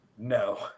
No